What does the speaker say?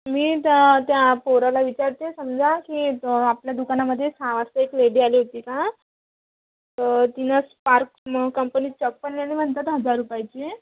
मी त्या त्या पोराला विचारते समजा की आपल्या दुकानामधे सहा वाजता एक लेडी आली होती का तर तिनं स्पार्क्स म कंपनी चप्पल नेली म्हणतात हजार रुपयाची